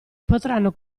potranno